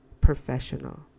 Professional